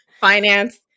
finance